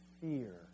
fear